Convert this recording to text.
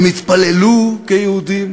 הם התפללו כיהודים